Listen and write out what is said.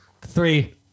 three